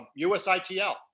USITL